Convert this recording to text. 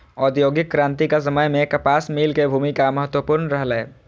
औद्योगिक क्रांतिक समय मे कपास मिल के भूमिका महत्वपूर्ण रहलै